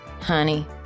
Honey